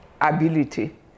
ability